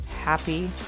happy